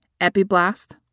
epiblast